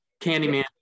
Candyman